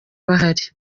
bahari